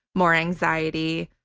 more anxiety.